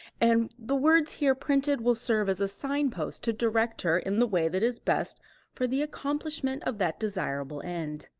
and the words here printed will serve as a sign-post to direct her in the way that is best for the accomplishment of that desirable end.